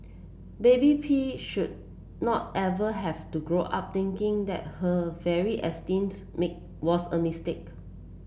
baby P should not ever have to grow up thinking that her very existence make was a mistake